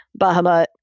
Bahamut